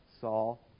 Saul